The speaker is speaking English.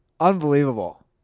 unbelievable